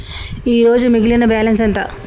ఈరోజు మిగిలిన బ్యాలెన్స్ ఎంత?